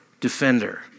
defender